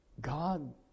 God